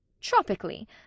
Tropically